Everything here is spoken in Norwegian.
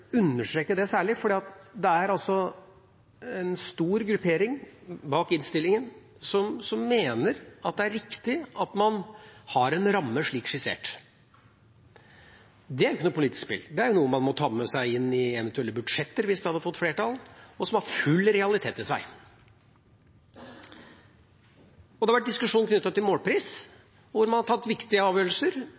understreke det særlig, for det er en stor gruppering bak innstillinga som mener at det er riktig at man har en ramme som skissert. Det er ikke noe politisk spill, det er noe man må ta med seg inn i eventuelle budsjetter, hvis det hadde fått flertall, og som har full realitet i seg. Det har også vært diskusjon knyttet til målpris, hvor man har tatt viktige avgjørelser.